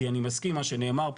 כי אני מסכים מה שנאמר פה,